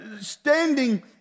standing